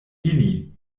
ili